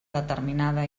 determinada